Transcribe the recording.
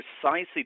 precisely